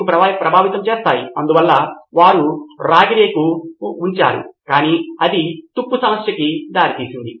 ముడి పాఠ్య పుస్తకం కంటే ఇది చాలా ఉపయోగకరంగా ఉంటుందని నేను భావిస్తున్నాను